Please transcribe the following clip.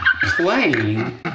playing